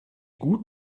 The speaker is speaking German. gut